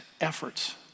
efforts